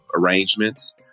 arrangements